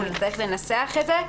אנחנו נצטרך לנסח את זה.